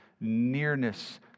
Nearness